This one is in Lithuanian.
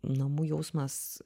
namų jausmas